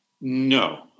No